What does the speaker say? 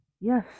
Yes